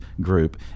Group